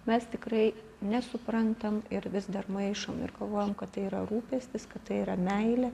mes tikrai nesuprantam ir vis dar maišom ir galvojam kad tai yra rūpestis kad tai yra meilė